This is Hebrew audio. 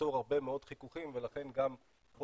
שייצור הרבה מאוד חיכוכים ולכן גם פה